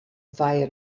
via